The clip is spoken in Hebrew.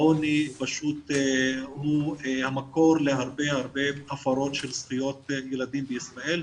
העוני פשוט הוא המקור להרבה הרבה הפרות של זכויות ילדים בישראל,